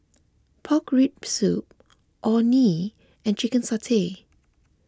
Pork Rib Soup Orh Nee and Chicken Satay